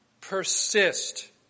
persist